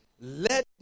Let